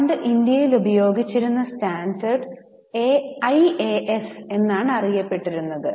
പണ്ട് ഇന്ത്യയിൽ ഉപയോഗിച്ചിരുന്ന സ്റ്റാൻഡേർഡ്സ് ആസ് എന്നാണ് അറിയപ്പെട്ടിരുന്നത്